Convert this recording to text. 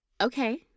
Okay